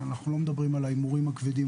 אנחנו לא מדברים על ההימורים הכבדים,